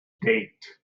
date